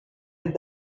did